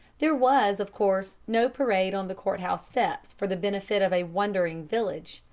there was, of course, no parade on the courthouse steps for the benefit of a wondering village,